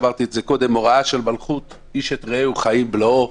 אמרתי את זה קודם מוראה של מלכות איש את רעהו חיים בלעו.